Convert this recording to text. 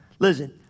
Listen